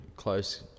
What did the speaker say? close